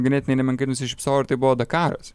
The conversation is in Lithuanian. ganėtinai nemenkai nusišypsojo ir tai buvo dakaras